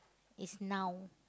is now